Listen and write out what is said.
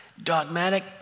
dogmatic